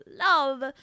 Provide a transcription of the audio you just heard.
love